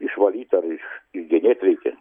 išvalyt ar iš genėt reikia